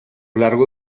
largo